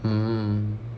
mm